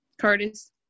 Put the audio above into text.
Curtis